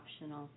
optional